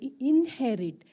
inherit